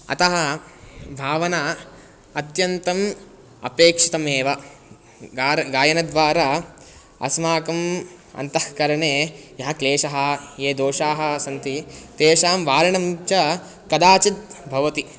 अतः भावना अत्यन्तम् अपेक्षिता एव गायनं गायनद्वारा अस्माकम् अन्तः करणे यः क्लेशः ये दोषाः सन्ति तेषां वारणं च कदाचित् भवति